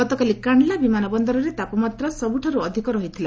ଗତକାଲି କାଣ୍ଡଲା ବିମାନ ବନ୍ଦରରେ ତାପମାତ୍ରା ସବୁଠାରୁ ଅଧିକ ରହିଥିଲା